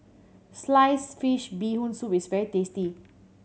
sliced fish Bee Hoon Soup is very tasty